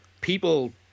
people